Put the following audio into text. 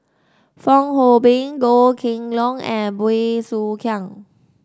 Fong Hoe Beng Goh Kheng Long and Bey Soo Khiang